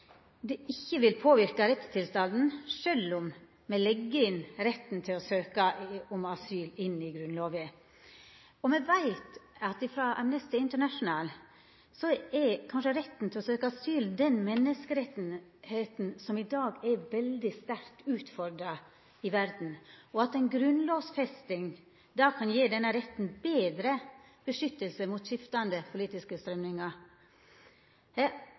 det ikkje vil påverka rettstilstanden sjølv om ein legg retten til å søkja asyl inn i Grunnlova. Frå Amnesty International veit me at retten til å søkja asyl er den menneskeretten som i dag er veldig sterkt utfordra i verda, og at ei grunnlovfesting kan gje denne retten betre beskyttelse mot skiftande politiske